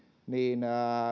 niin